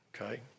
okay